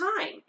time